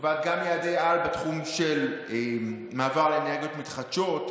שקובעת יעדי-על בתחום של מעבר לאנרגיות מתחדשות,